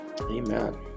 Amen